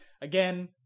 Again